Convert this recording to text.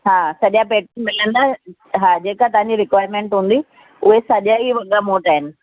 हा सॼा पेटर्न मिलंदा हा जेका तव्हांजी रिक्वायरमेंट हूंदी उहे सॼा ई वॻा मूं वटि आहिनि